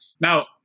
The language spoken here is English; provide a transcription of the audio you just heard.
Now